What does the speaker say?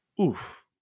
oof